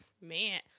man